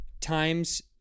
times